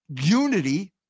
unity